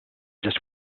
just